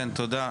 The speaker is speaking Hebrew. כן, תודה.